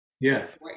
Yes